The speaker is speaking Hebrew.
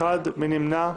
מי נמנע?